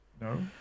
No